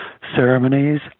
ceremonies